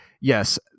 yes